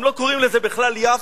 הם לא קוראים לזה בכלל "יפו",